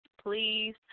Please